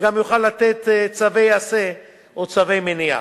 וגם יוכל לתת צווי עשה או צווי מניעה.